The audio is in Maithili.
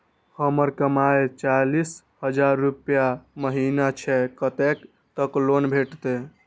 हमर कमाय चालीस हजार रूपया महिना छै कतैक तक लोन भेटते?